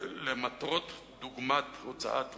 למטרות דוגמת הוצאת מידע,